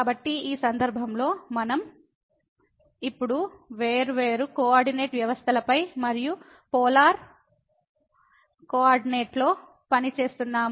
కాబట్టి ఈ సందర్భంలో మనం ఇప్పుడు వేర్వేరు కోఆర్డినేట్ వ్యవస్థలపై మరియు పోలార్ కోఆర్డినేట్లో పని చేస్తున్నాము